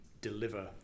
deliver